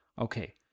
Okay